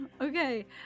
okay